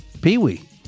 Pee-wee